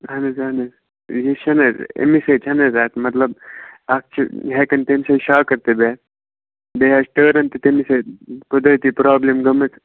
اَہَن حظ اَہَن حظ یہِ چھُنہٕ حظ اَمے سۭتۍ چھِنہٕ حظ اَتھ مطلب اَکھ چھِ ہٮ۪کان تَمہِ سۭتۍ شاکَر تہِ بِہِتھ بیٚیہِ حظ ٹٲرٕن تہِ تٔمِس سۭتۍ قۅدرٔتی پرٛابلِم گٲمٕژ